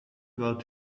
about